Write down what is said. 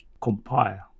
compile